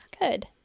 Good